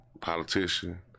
politician